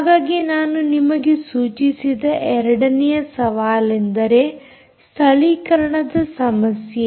ಹಾಗಾಗಿ ನಾನು ನಿಮಗೆ ಸೂಚಿಸಿದ ಎರಡನೆಯ ಸವಾಲೆಂದರೆ ಸ್ಥಳೀಕರಣದ ಸಮಸ್ಯೆ